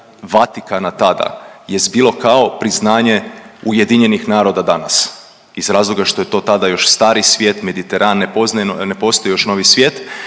Vatikana tada jest bilo kao priznanje UN-a danas iz razloga što je to tada još stari svijet Mediteran, ne postoji još novi svijet,